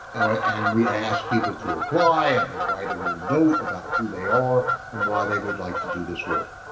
and we ask people to apply and they write a little note about who they are and why they would like to do this work.